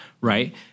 right